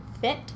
Fit